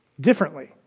differently